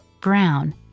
Brown